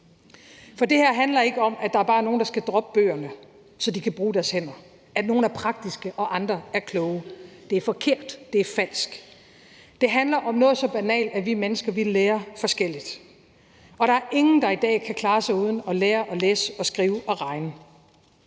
For det her handler ikke om, at der bare er nogle, der skal droppe bøgerne, så de kan bruge deres hænder; at nogle er praktiske, mens andre er kloge. Det er forkert, det er falsk. Det handler om noget så banalt, som at vi mennesker lærer forskelligt, og der er ingen, der i dag kan klare sig uden at lære at læse og skrive og regne.